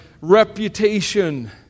reputation